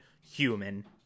human